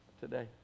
Today